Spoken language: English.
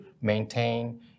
maintain